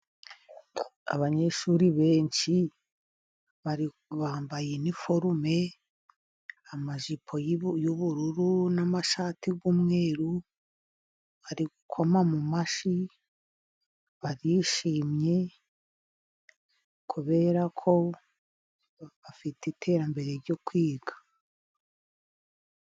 Abanyeshuri benshi bambaye iniforume amajipo y'ubururu, n'amashati y'umweru. Bari gukoma mu mashyi, barishimye kubera ko bafite iterambere ryo kwiga.